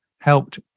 helped